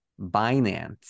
Binance